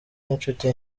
n’inshuti